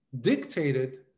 dictated